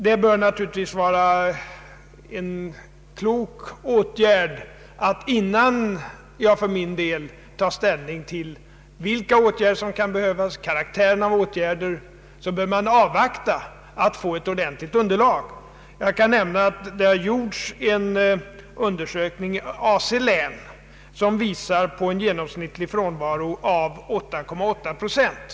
Det bör naturligtvis vara klokt att, innan jag för min personliga del tar ställning till vilken typ av åtgärder som bör vidtagas, avvakta ett ordentligt underlag. Jag kan nämna att det har gjorts en undersökning i AC-län, som visar på en genomsnittlig frånvaro av 8,8 procent.